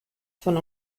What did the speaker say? von